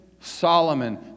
Solomon